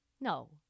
No